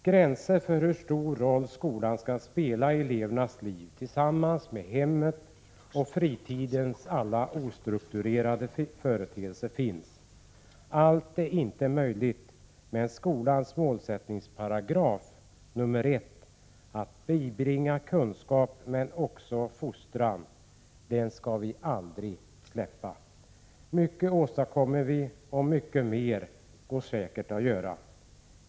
Gränser för hur stor roll skolan, tillsammans med hemmen och fritidens alla ostrukturerade företeelser, skall spela i elevernas liv finns. Allt är inte möjligt, men skolans målsättningsparagraf nr 1, att bibringa kunskap men också fostran, skall vi aldrig släppa. Mycket åstadkommer vi, och mycket mera går säkert att göra.